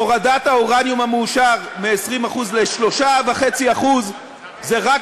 הורדת האורניום המעושר מ-20% ל-3.5% זה רק